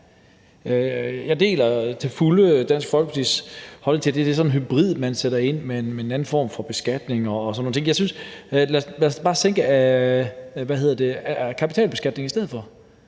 Jeg deler til fulde Dansk Folkepartis holdning om, at det er sådan en hybrid, man sætter ind, med en anden form for beskatning og sådan nogle ting. Jeg synes, at vi da bare skulle sænke kapitalbeskatningen i stedet for.